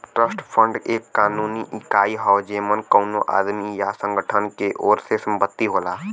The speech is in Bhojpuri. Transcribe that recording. ट्रस्ट फंड एक कानूनी इकाई हौ जेमन कउनो आदमी या संगठन के ओर से संपत्ति होला